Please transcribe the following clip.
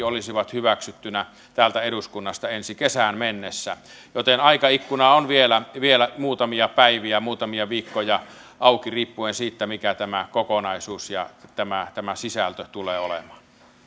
olisivat hyväksyttynä täältä eduskunnasta ensi kesään mennessä joten aikaikkuna on vielä vielä muutamia päiviä muutamia viikkoja auki riippuen siitä mikä tämä kokonaisuus ja tämä tämä sisältö tulee olemaan